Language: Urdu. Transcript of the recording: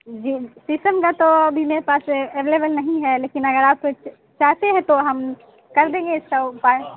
جی شیشم کا تو ابھی میرے پاس اویلیبل نہیں ہے لیکن اگر آپ چاہتے ہیں تو ہم کر دیں گے اس کا اپائے